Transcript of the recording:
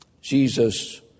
Jesus